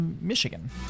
Michigan